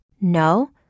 No